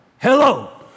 Hello